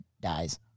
dies